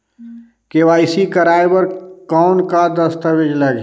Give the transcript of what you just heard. KYC कराय बर कौन का दस्तावेज लगही?